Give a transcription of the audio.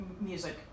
music